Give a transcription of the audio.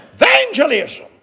evangelism